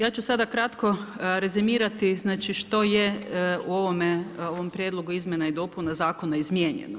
Ja ću sada kratko rezimirati, što je u ovome prijedlogu izmjena i dopuna zakona izmijenjeno.